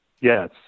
yes